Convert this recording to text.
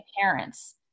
parents